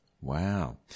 Wow